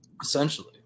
essentially